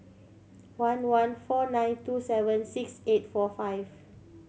one one four nine two seven six eight four five